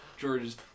George's